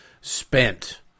spent